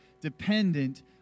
dependent